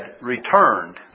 returned